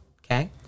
Okay